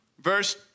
verse